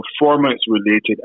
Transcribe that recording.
performance-related